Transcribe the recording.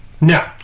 now